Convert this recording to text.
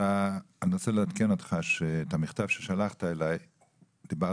אני רוצה לעדכן אותך שדיברתי על המכתב ששלחת אלי וגם